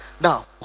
now